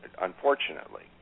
unfortunately